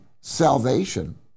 salvation